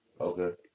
okay